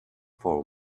for